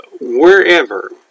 wherever